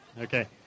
Okay